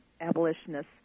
abolitionists